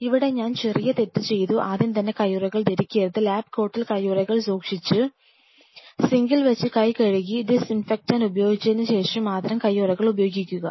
ഇവിടെ ഞാൻ ഒരു ചെറിയ തെറ്റ് ചെയ്തു ആദ്യം തന്നെ കയ്യുറകൾ ധരിക്കരുത് ലാബ് കോട്ടിൽ കയ്യുറകൾ സൂക്ഷിച്ചു സിങ്കിൽ വെച്ച് കൈ കഴുകി ഡിസ് ഇൻഫെക്റ്റാണ്ട് ഉപയോഗിച്ചതിന് ശേഷം മാത്രം കൈയുറകൾ ഉപയോഗിക്കുക